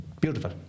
beautiful